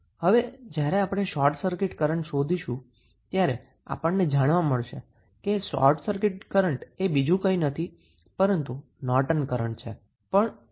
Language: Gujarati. હવે જ્યારે આપણે શોર્ટ સર્કિટ કરન્ટ શોધીશું ત્યારે આપણને જાણવા મળશે કે શોર્ટ સર્કિટ કરન્ટ એ બીજું કંઈ નથી પરંતુ નોર્ટન કરન્ટ છે